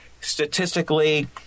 statistically